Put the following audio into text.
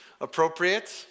appropriate